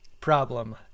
problem